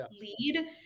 lead